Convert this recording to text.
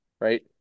right